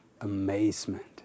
amazement